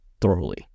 thoroughly